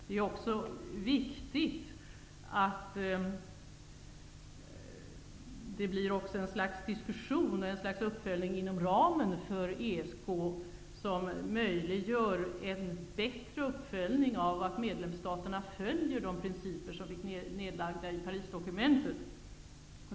Det är också viktigt att det blir en diskussion och någon slags uppföljning inom ramen för ESK som möjliggör en bättre kontroll av att medlemsstaterna följer de principer som finns nedlagda i Parisdokumentet.